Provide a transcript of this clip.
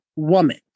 woman